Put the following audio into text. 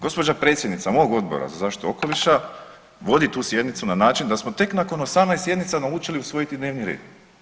Gospođa predsjednica mog Odbora za zaštitu okoliša vodi tu sjednicu na način da smo tek nakon 18 sjednica naučili usvojiti dnevni red.